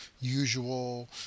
usual